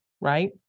right